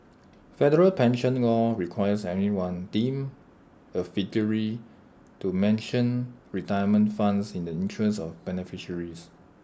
federal pension law requires anyone deemed A to mention retirement funds in the interest of beneficiaries